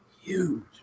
huge